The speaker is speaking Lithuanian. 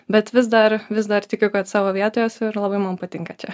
bet vis dar vis dar tikiu kad savo vietoje esu ir labai man patinka čia